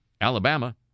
Alabama